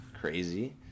crazy